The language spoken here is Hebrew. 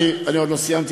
אני עוד לא סיימתי,